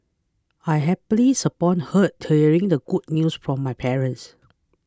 I happiness upon heart hearing the good news from my parents